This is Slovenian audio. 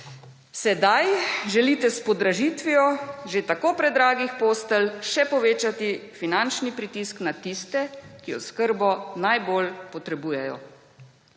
Sedaj želite s podražitvijo že tako predragih postelj, še povečati finančni pritisk na tiste, ki oskrbo najbolj potrebujejo.